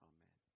Amen